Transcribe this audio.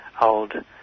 old